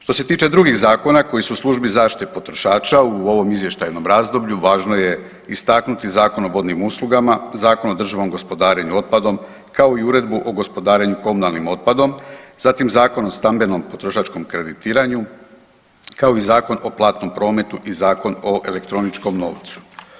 Što se tiče drugih zakona koji su u službi zaštite potrošača u ovom izvještajnom razdoblju važno je istaknuti Zakon o vodnim uslugama, Zakona o održivom gospodarenju otpadom kao i Uredbu o gospodarenju komunalnim otpadom, zatim Zakon o stambeno-potrošačkom kreditiranju kao i Zakon o platnom prometu i Zakon o elektroničkom novcu.